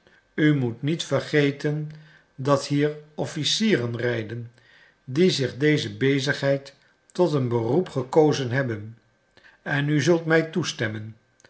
u moet niet vergeten dat hier officieren rijden die zich deze bezigheid tot een beroep gekozen hebben en u zult mij toestemmen